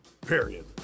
period